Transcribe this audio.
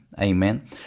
amen